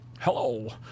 Hello